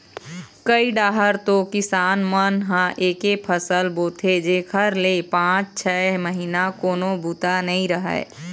कइ डाहर तो किसान मन ह एके फसल बोथे जेखर ले पाँच छै महिना कोनो बूता नइ रहय